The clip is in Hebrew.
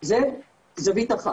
את זה בעוד זווית.